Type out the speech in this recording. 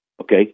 Okay